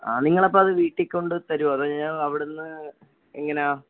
ആ നിങ്ങളപ്പം അത് വീട്ടിൽ കൊണ്ടുവന്ന് തരുവോ അതോ ഞാന് അവിടെ നിന്ന് എങ്ങനെയാണ്